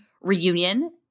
reunion